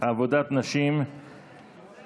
עבודת נשים (תיקון,